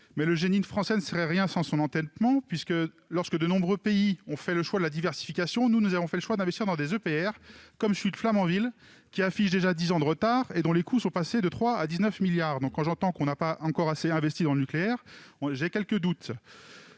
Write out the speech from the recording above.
le génie français ne serait rien sans son entêtement. Alors que de nombreux pays ont fait le choix de la diversification, nous avons décidé d'investir dans des EPR, comme celui de Flamanville, qui affiche déjà dix ans de retard et dont les coûts sont passés de 3 milliards à 19 milliards d'euros. Quand j'entends que l'on n'a pas encore assez investi dans le nucléaire, j'éprouve quelques doutes